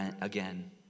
again